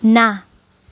ના